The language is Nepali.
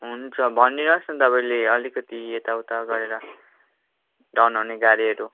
हुन्छ भनिदिनु होस् न तपाईँले अलिकति यताउता गरेर डाउन आउने गाडीहरू